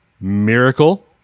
Miracle